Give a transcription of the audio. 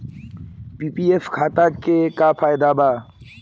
PPF खाता के का फायदा बा?